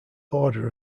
border